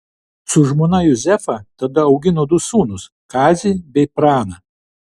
su žmona juzefa tada augino du sūnus kazį bei praną